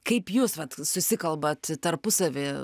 kaip jūs vat susikalbat tarpusavy